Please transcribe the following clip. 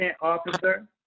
officer